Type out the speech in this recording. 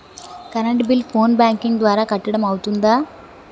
Current bill phone banking ద్వారా కట్టడం అవ్తుందా?